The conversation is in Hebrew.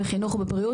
בחינוך ובבריאות,